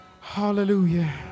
Hallelujah